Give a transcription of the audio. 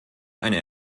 eine